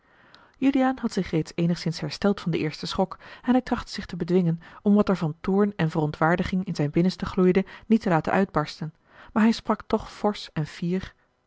juliaan had zich reeds eenigszins hersteld van den eersten schok en hij trachtte zich te bedwingen om wat er van toorn en verontwaardiging in zijn binnenste gloeide niet te laten uitbarsten maar hij sprak toch forsch en fier